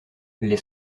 les